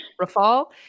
Rafal